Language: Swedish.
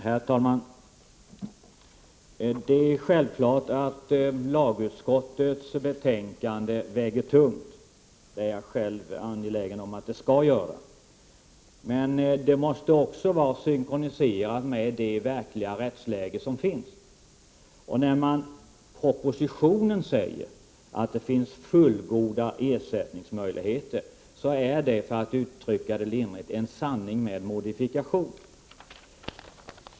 Herr talman! Det är självklart att lagutskottets betänkande väger tungt, det är jag själv angelägen om att det skall göra. Men det måste också vara synkroniserat med det verkliga rättsläget. När det i propositionen sägs att det finns fullgoda ersättningsmöjligheter är det, för att uttrycka det lindrigt, en sanning med modifikation.